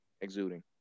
exuding